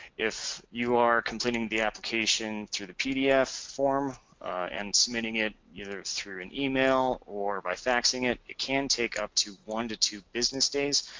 if you are completing the application through the pdf form and submitting it either through an email or by faxing it, it can take up to one to two business days.